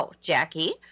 Jackie